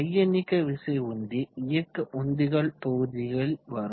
மைய நீக்க விசை உந்தி இயக்க உந்திகள் தொகுதியில் வரும்